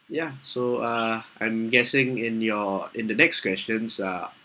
ya so uh I'm guessing in your in the next questions are